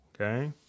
Okay